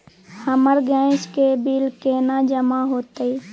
हमर गैस के बिल केना जमा होते?